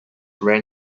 ran